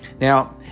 Now